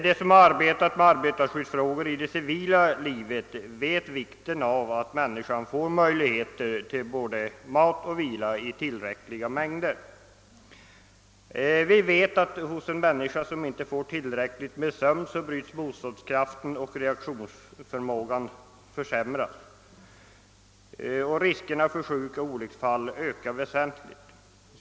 De som sysslat med arbetarskyddsfrågor i det civila livet känner till vikten av att människan får både mat och vila i tillräcklig mängd. Hos en människa som inte får tillräckligt med vila bryts motståndskraften ned och reaktionsförmågan försämras. Riskerna för sjukdom och olycksfall ökar därmed väsentligt.